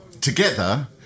together